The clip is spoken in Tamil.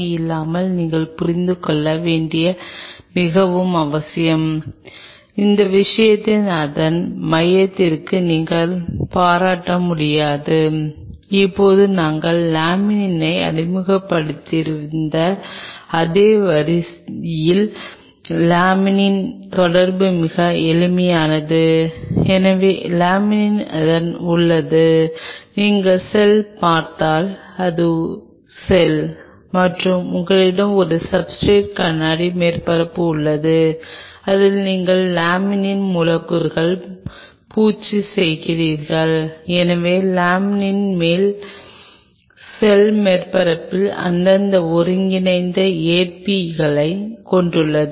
இப்போது கொலாஜன் விஷயத்தில் கொலாஜனைப் பற்றி பேசலாம் நீங்கள் ஒரு சப்ஸ்ர்டேட் எடுத்துக்கொள்வதைப் போலவே செய்கிறீர்கள் மேலும் ஒரு கொலாஜன் ப்ரோடீன்ஸ் ஒரு இடையகத்தில் கரைந்துவிடும்